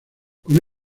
con